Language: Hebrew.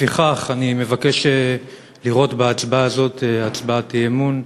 לפיכך אני מבקש לראות בהצבעה הזאת הצבעת אי-אמון,